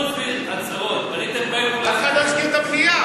חוץ מהצהרות, אף אחד לא הזכיר את הבנייה.